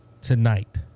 tonight